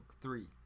three